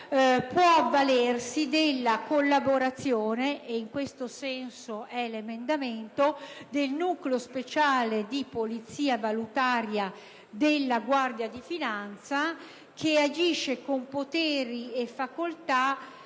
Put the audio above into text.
può avvalersi della collaborazione - e in questo senso va l'emendamento - del Nucleo speciale di polizia valutaria della Guardia di finanza, che agisce con i poteri e le facoltà